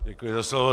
Děkuji za slovo.